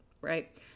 right